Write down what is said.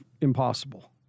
impossible